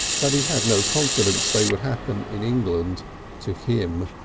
but he had no confidence they would happen in england to him.